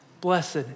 Blessed